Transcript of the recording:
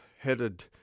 headed